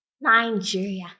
Nigeria